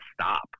stop